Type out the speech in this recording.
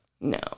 No